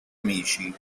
amici